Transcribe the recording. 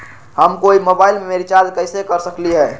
हम कोई मोबाईल में रिचार्ज कईसे कर सकली ह?